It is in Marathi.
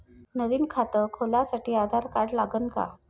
नवीन खात खोलासाठी आधार कार्ड लागन का?